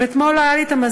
אם אתמול לא היה לי המזרק,